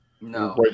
No